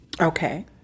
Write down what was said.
Okay